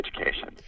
education